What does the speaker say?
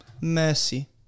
Mercy